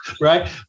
right